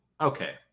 Okay